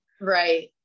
Right